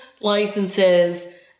licenses